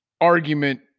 argument